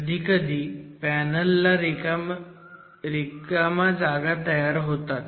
कधी कधी पॅनल ला रिकाम्या जागा तयार होतात